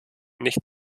nicht